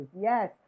yes